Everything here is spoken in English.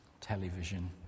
television